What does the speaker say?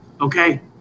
okay